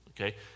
okay